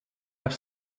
have